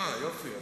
אה, יופי.